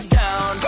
down